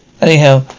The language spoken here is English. Anyhow